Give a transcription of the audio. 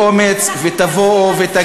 שתעמדו כאן באומץ ותבואו ותגידו,